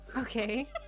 Okay